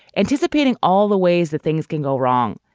anticipating all the ways that things can go wrong.